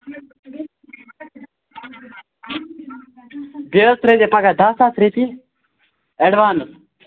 بیٚیہِ حظ ترٛٲوزِیٚو پگاہ دَہ ساس رۄپیہِ ایڈوانٕس